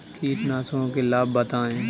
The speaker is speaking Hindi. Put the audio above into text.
कीटनाशकों के लाभ बताएँ?